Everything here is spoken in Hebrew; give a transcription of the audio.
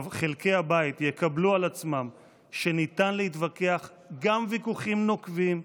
יקבלו על עצמם שניתן להתווכח גם ויכוחים נוקבים,